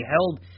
held